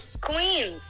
Queens